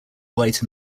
white